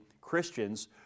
Christians